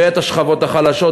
ואת השכבות החלשות,